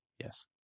Yes